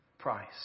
price